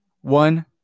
one